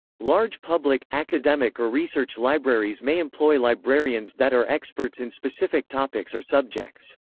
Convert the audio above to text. large public, academic or research libraries may employ librarians that are experts in specific topics or subjects.